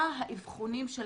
מה האבחונים שלכם,